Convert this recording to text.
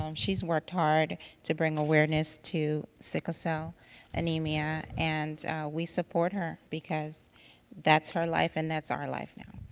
um she's worked hard to bring awareness to sickle cell anemia, and we support her because that's her life and that's our life now.